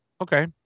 okay